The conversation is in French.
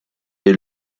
est